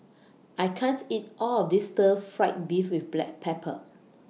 I can't eat All of This Stir Fried Beef with Black Pepper